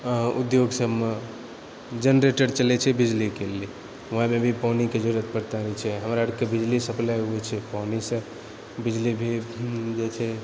उद्योग सभमे जेनरेटर चलैत छै बिजलीके लिअऽ ओएहमे भी पानिके जरुरत पड़ते रहैत छै हमरा आरके बिजली सप्लाइ होइत छै पानिसँ बिजली भी जे छै